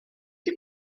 die